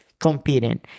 Competing